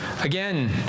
again